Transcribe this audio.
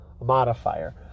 modifier